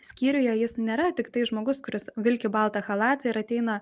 skyriuje jis nėra tiktai žmogus kuris vilki baltą chalatą ir ateina